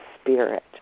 spirit